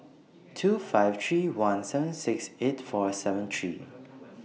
two five three one seven six eight four seven three